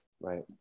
right